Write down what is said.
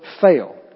fail